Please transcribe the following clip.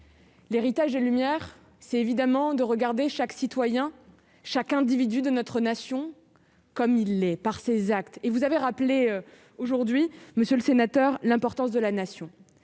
L'héritage des Lumières, c'est évidemment de regarder chaque citoyen, chaque individu de notre nation, comme il l'est par ses actes et vous avez rappelé aujourd'hui monsieur le sénateur, l'importance de la nation,